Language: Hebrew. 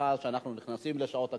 מאחר שאנחנו נכנסים לשעות הקטנות,